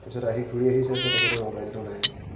তাৰপিছত আহি ঘূৰি আহি চাইছে তেখেতৰ মোবাইলটো নাই